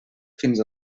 fins